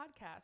Podcast